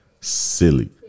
silly